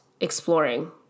exploring